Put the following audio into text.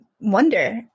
wonder